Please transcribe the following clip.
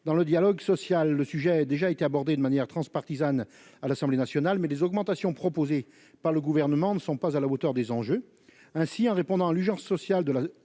dans le dialogue social, le sujet déjà été abordée de manière transpartisane à l'Assemblée nationale, mais des augmentations proposées par le gouvernement ne sont pas à la hauteur des enjeux ainsi en répondant à l'urgence sociale, de la